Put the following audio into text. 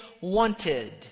wanted